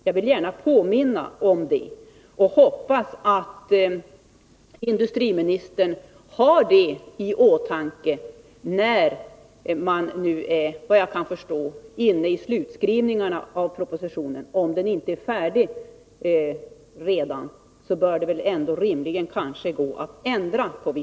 Jag hoppas att industriministern har detta i åtanke när man nu, enligt vad jag kan förstå, är inne i slutskrivningen av propositionen. Om den inte redan är färdig, bör det rimligen gå att ändra den möjligheterna för på vissa punkter.